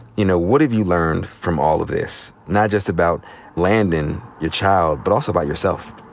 you know, what have you learned from all of this not just about landon, your child, but also about yourself?